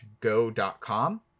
go.com